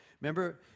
Remember